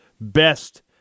best